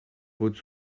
votre